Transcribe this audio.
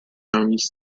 counties